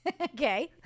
Okay